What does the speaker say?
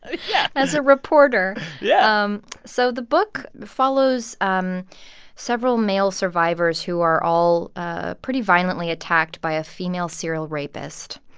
yeah. as a reporter yeah um so the book follows um several male survivors who are all ah pretty violently attacked by a female serial rapist.